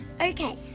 Okay